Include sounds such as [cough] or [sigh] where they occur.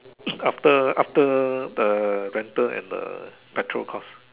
[coughs] after after the rental and the petrol costs